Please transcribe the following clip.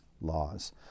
laws